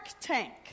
tank